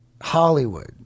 Hollywood